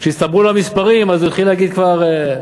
כשהסתברו לו המספרים אז הוא התחיל להגיד כבר,